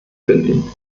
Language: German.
finden